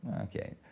okay